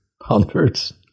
Hundreds